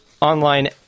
online